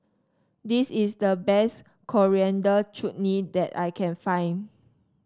this is the best Coriander Chutney that I can find